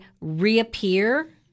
reappear